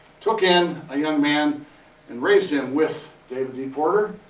took in a young man and raised him with david d. porter.